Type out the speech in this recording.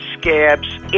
scabs